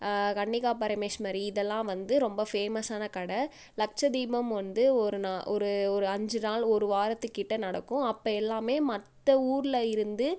கன்னிகா பரமேஸ்வரி இதெல்லாம் வந்து ரொம்ப ஃபேமஸான கடை லக்ச தீபம் வந்து ஒரு நா ஒரு ஒரு அஞ்சு நாள் ஒரு வாரத்துக்கிட்டே நடக்கும் அப்போ எல்லாமே மற்ற ஊரில் இருந்து